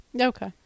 Okay